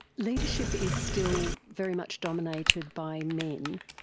leadership is still very much dominated by men.